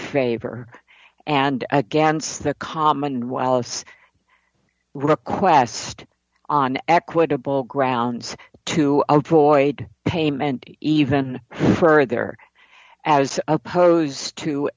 favor and against the common while it's request on equitable grounds to employed payment even further as opposed to